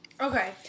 Okay